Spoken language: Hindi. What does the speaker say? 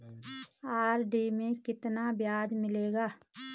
आर.डी में कितना ब्याज मिलेगा?